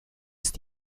ist